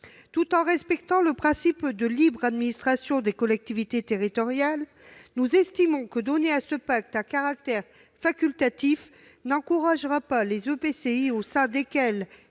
Tout en respectant le principe de libre administration des collectivités territoriales, nous estimons que donner à ce pacte un caractère facultatif n'encouragera pas les EPCI au sein desquels